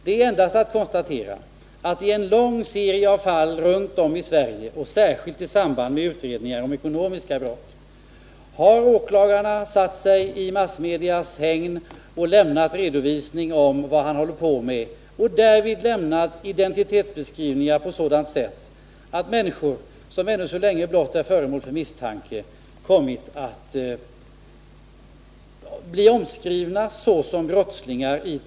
Det är endast att konstatera att i en lång serie av fall runt om i Sverige — särskilt i samband med utredningar av ekonomiska brott — har åklagarna till massmedia lämnat redovisningar om vad de håller på med och därvid lämnat sådana identitetsbeskrivningar, att människor, som ännu blott är föremål för misstanke, i tidningar kommit att bli omskrivna såsom brottslingar.